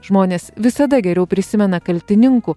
žmonės visada geriau prisimena kaltininkų